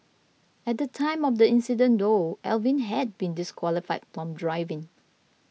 at the time of the incident though Alvin had been disqualified from driving